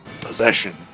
Possession